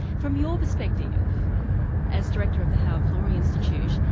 from your perspective as director of the howard florey institute,